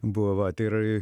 buvo vat ir